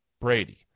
Brady